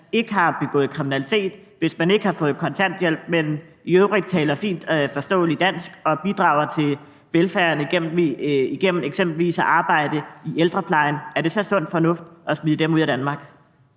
ikke har begået kriminalitet, og hvis man ikke har fået kontanthjælp og i øvrigt taler et fint forståeligt dansk og bidrager til velfærden igennem eksempelvis at arbejde i ældreplejen, er det så sund fornuft, at man skal smides ud af Danmark?